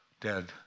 dead